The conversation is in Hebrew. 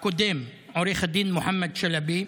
הקודם עו"ד מוחמד שלבי,